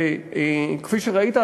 וכפי שראית,